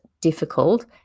difficult